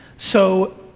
so,